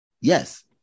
yes